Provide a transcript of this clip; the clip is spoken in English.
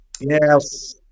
Yes